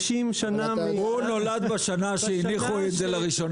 הוא נולד בשנה שבה הניחו את זה לראשונה.